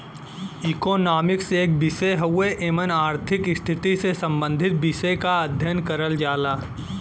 economics एक विषय हउवे एमन आर्थिक स्थिति से सम्बंधित विषय क अध्ययन करल जाला